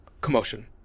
Commotion